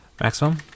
maximum